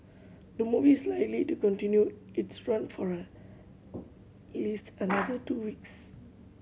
the movie is likely to continue its run for a least another two weeks